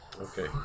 Okay